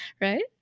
Right